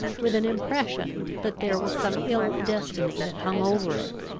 with an impression, that there was some ill destiny that hung over it,